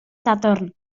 sadwrn